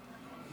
ההצבעה: